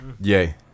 Yay